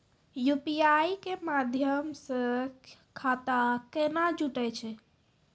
UPI के माध्यम से खाता केना जुटैय छै?